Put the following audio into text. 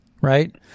right